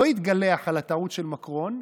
לא התגלח על הטעות של מקרון.